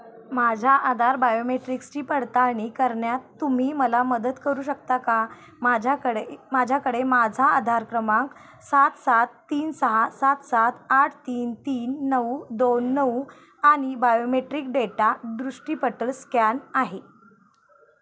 माझ्या आधार बायोमेट्रिक्सची पडताळणी करण्यात तुम्ही मला मदत करू शकता का माझ्याकडे माझ्याकडे माझा आधार क्रमांक सात सात तीन सहा सात सात आठ तीन तीन नऊ दोन नऊ आणि बायोमेट्रिक डेटा दृष्टीपटल स्कॅन आहे